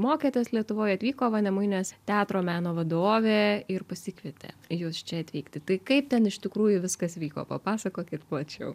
mokėtės lietuvoj atvyko vanemuinės teatro meno vadovė ir pasikvietė jus čia atvykti tai kaip ten iš tikrųjų viskas vyko papasakokit plačiau